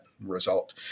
result